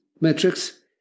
metrics